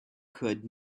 could